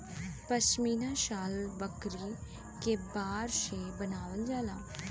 पश्मीना शाल बकरी के बार से बनावल जाला